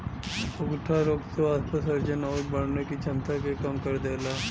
उकठा रोग से वाष्पोत्सर्जन आउर बढ़ने की छमता के कम कर देला